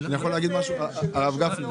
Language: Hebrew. הרב גפני,